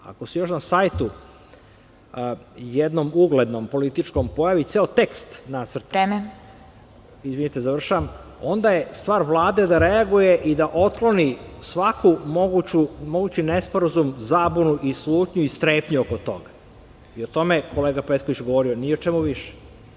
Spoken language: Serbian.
Ako se još na sajtu jednom uglednom političkom pojavi ceo tekst nacrta, onda je stvar Vlade da reaguje i da otkloni svaki mogući nesporazum, zabunu, slutnju i strepnju oko toga i o tome je kolega Petković govorio, ni o čemu više.